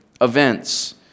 events